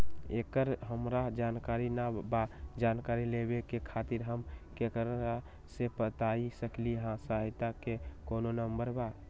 एकर हमरा जानकारी न बा जानकारी लेवे के खातिर हम केकरा से बातिया सकली ह सहायता के कोनो नंबर बा?